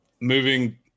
Moving